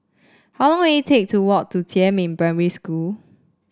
how long will it take to walk to Jiemin Primary School